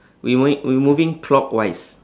we moving we moving clockwise